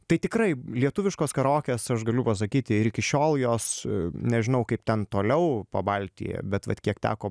tai tikrai lietuviškos karaokės aš galiu pasakyti iki šiol jos nežinau kaip ten toliau pabaltijyje bet vat kiek teko